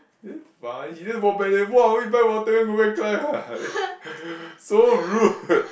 damn funny he just walk back then !wah! why you buy water you want go back climb ah so rude